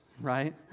right